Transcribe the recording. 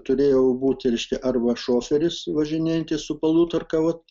turėjau būti reiškia arba šoferis važinėjantis su palutarka vot